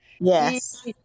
Yes